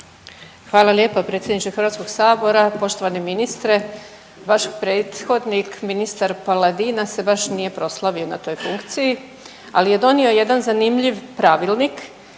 Hvala lijepa predsjedniče HS-a, poštovani ministre. Vaš prethodnik, ministar Paladina se baš nije proslavio na toj funkciji, ali je donio jedan zanimljiv pravilnik